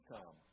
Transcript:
Come